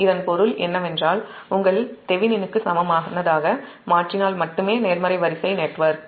இதன் பொருள் என்னவென்றால் உங்கள் தெவெனினுக்கு சமமானதாக மாற்றினால் மட்டுமே நேர்மறை வரிசை நெட்வொர்க்